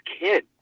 kid